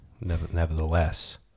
nevertheless